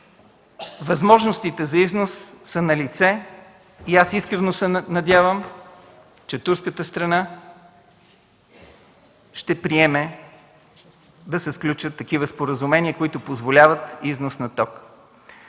Възможностите за износ са налице и аз искрено се надявам, че турската страна ще приеме да се сключат такива споразумения, които позволяват износ на ток.